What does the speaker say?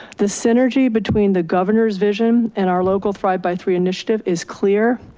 the synergy between the governor's vision and our local thrive by three initiative is clear.